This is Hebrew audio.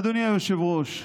אדוני היושב-ראש,